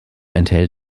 enthält